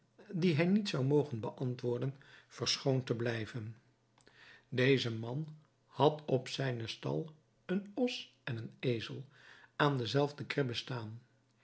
die hij niet zou mogen beantwoorden verschoond te blijven deze man had op zijnen stal een os en een ezel aan dezelfde kribbe staan